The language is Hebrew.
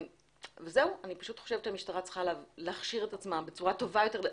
אני חושבת שהמשטרה צריכה להכשיר את עצמה בצורה טובה יותר.